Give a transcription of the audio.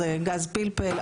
זה גז פלפל,